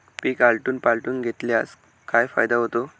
पीक आलटून पालटून घेतल्यास काय फायदा होतो?